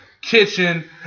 kitchen